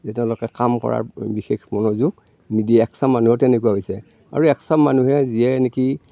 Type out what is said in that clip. যে তেওঁলোকে কাম কৰাৰ বিশেষ মনোযোগ নিদিয়ে একচাম মানুহৰ তেনেকুৱা হৈছে আৰু একচাম মানুহে যিয়ে নেকি